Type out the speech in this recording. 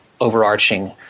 overarching